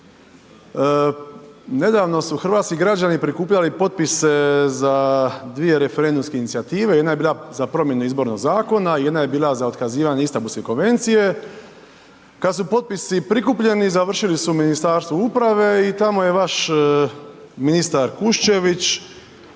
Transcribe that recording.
nedavno su hrvatski građani prikupljali potpise za dvije referendumske inicijative, jedna je bila za promjenu Izbornog zakona, jedna je bila za otkazivanje Istanbulske konvencije, kad su potpisi prikupljeni, završili su u Ministarstvu uprave i tamo je vaš ministar Kuščević